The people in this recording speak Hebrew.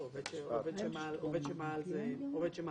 טוב, עובד שמעל הוא עובד שמעל.